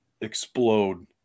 explode